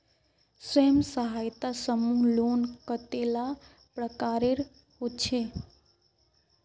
स्वयं सहायता समूह लोन कतेला प्रकारेर होचे?